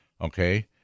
Okay